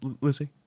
Lizzie